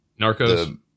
Narcos